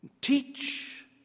teach